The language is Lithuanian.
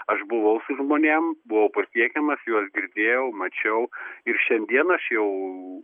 aš buvau žmonėms buvo pasiekiamas juos girdėjau mačiau ir šiandien aš jau